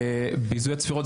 ביזוי הצפירות.